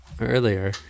Earlier